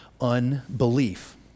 unbelief